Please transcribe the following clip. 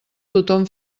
tothom